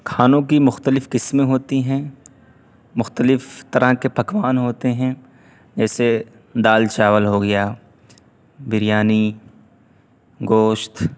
کھانوں کی مختلف قسمیں ہوتی ہیں مختلف طرح کے پکوان ہوتے ہیں جیسے دال چاول ہو گیا بریانی گوشت